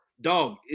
dog